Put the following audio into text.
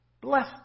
Bless